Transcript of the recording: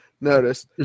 notice